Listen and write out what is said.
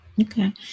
Okay